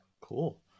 Cool